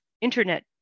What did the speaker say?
internet